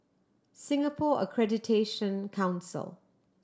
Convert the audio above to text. Singapore Accreditation Council